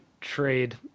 trade